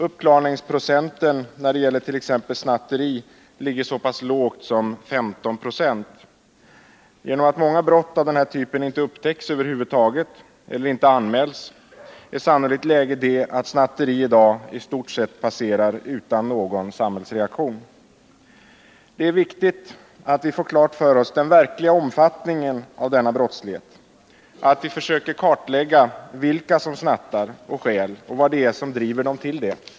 Uppklarningsprocenten när det gäller t.ex. snatteri ligger så pass lågt som på 15 6. Genom att många brott av denna typ över huvud taget inte upptäcks, eller inte anmäls, är sannolikt läget det att snatteri i dag i stort sett passerar utan någon samhällsreaktion. Det är viktigt att vi får klart för oss den verkliga omfattningen av denna brottslighet, att vi försöker kartlägga vilka som snattar och stjäl och vad det är som driver dem till det.